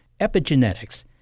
Epigenetics